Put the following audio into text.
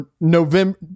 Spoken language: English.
November